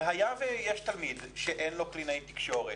ואם יש תלמיד שאין לו קלינאית תקשורת,